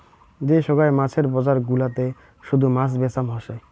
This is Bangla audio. যে সোগায় মাছের বজার গুলাতে শুধু মাছ বেচাম হসে